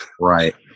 Right